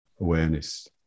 awareness